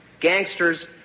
gangsters